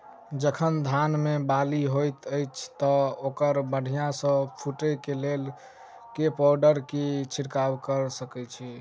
जखन धान मे बाली हएत अछि तऽ ओकरा बढ़िया सँ फूटै केँ लेल केँ पावडर केँ छिरकाव करऽ छी?